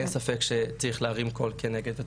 ואין ספק שצריך להרים קול כנגד זה.